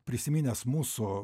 prisiminęs mūsų